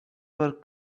were